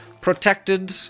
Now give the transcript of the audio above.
Protected